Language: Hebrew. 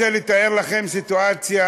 אני רוצה לתאר לכם סיטואציה,